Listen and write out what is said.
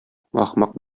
ахмак